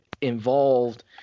involved